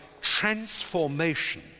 transformation